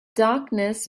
darkness